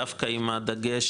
דווקא עם הדגש,